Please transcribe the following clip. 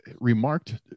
remarked